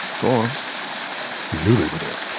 go on we knew they were there